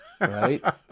right